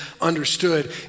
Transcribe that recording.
understood